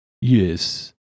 Yes